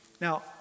Now